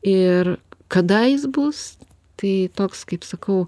ir kada jis bus tai toks kaip sakau